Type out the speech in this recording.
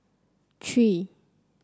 three